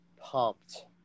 pumped